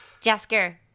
Jasker